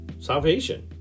salvation